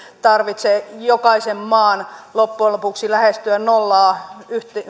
tarvitse jokaisen maan loppujen lopuksi lähestyä nollaa